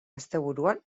asteburuan